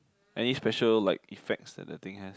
any special like effects that that thing has